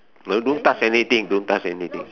no don't touch anything don't touch anything